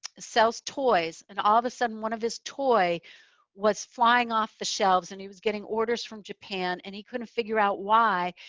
sells toys and all of a sudden, one of his toy was flying off the shelves and he was getting orders from japan and he couldn't figure out why.